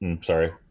Sorry